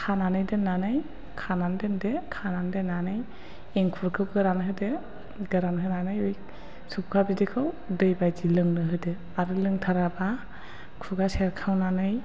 खानानै दोनदो खानानै दोननानै एंखुरखौ गोरान होदो गोरान होनानै सबखा बिदैखौ दै बादि लोंनो होदो आरो लोंथाराबा खुगा सेरखावनानै